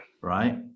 Right